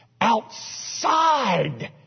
Outside